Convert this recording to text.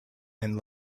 and